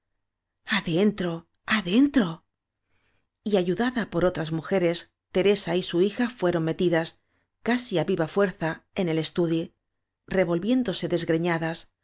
adentro adentro y ayudada por otras mujeres teresa y su hija fueron metidas casi á viva fuerza en el estudiy revolviéndose desgreñadas